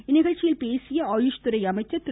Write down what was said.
இந்நிகழ்ச்சியில் பேசிய ஆயுஷ் துறை அமைச்சர் திரு